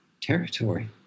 territory